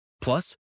Plus